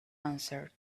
answered